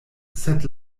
sed